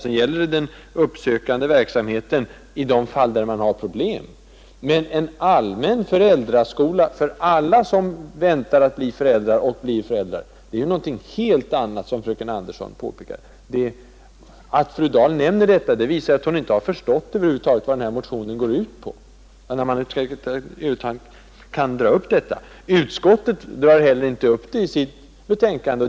De gäller också den uppsökande verksamheten i de fall där man har problem. Men en föräldraskola, för alla som väntar att bli föräldrar och som blir föräldrar, är ju någonting helt annat, som fröken Andersson påpekar. Att fru Dahl över huvud taget kan dra upp detta visar att hon inte har förstått vad den här motionen går ut på. Utskottet nämner det heller inte i sitt betänkande.